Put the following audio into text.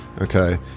Okay